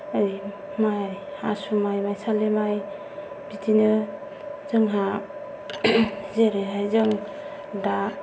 ऐ माइ आसु माइ मायसालि माइ बिदिनो जोंहा जेरैहाय जों दा